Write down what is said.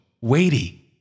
weighty